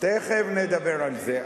תיכף נדבר על זה.